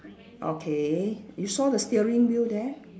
okay you saw the steering wheel there